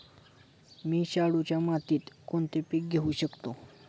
मी शाडूच्या मातीत कोणते पीक घेवू शकतो?